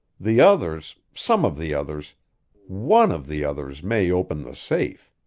the others some of the others one of the others may open the safe.